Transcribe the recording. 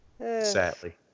Sadly